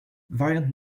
variant